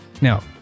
Now